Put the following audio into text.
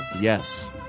Yes